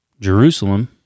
Jerusalem